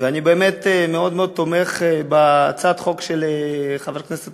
ואני באמת מאוד מאוד תומך בהצעת החוק של חבר הכנסת